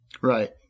Right